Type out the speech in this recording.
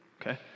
okay